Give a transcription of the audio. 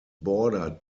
bordered